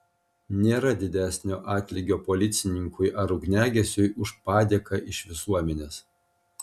nėra didesnio atlygio policininkui ar ugniagesiui už padėką iš visuomenės